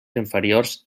inferiors